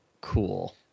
cool